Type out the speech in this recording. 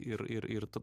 ir ir tu